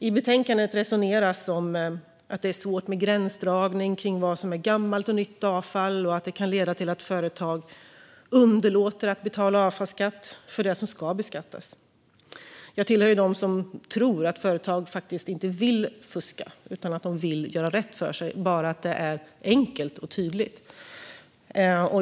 I betänkandet resoneras om att det är svårt med gränsdragning för vad som är gammalt och nytt avfall. Det kan leda till att företag underlåter att betala avfallsskatt för det som ska beskattas. Jag hör till dem som tror att företag inte vill fuska utan att de vill göra rätt för sig bara det är enkelt och tydligt.